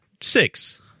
Six